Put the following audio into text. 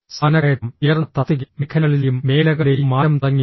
സ്ഥാനക്കയറ്റം ഉയർന്ന തസ്തിക മേഖലകളിലെയും മേഖലകളിലെയും മാറ്റം തുടങ്ങിയവ